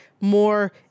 more